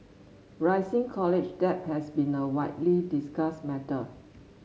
rising college debt has been a widely discussed matter